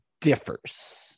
differs